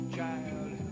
child